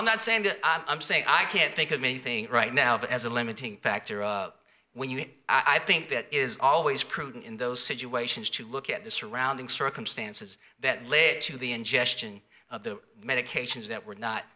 i'm not saying i'm saying i can't think of anything right now but as a limiting factor when you i think that is always prudent in those situations to look at the surrounding circumstances that led to the ingestion of the medications that were not